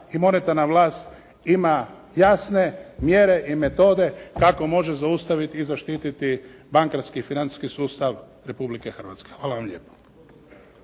i monetarna vlast ima jasne mjere i metode kako može zaustaviti i zaštititi bankarski i financijski sustav Republike Hrvatske. Hvala vam lijepo.